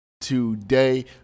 today